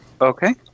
Okay